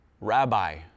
Rabbi